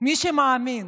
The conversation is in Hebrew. מי שמאמין